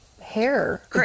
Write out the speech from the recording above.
hair